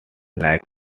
like